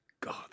God